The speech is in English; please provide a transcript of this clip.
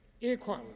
equal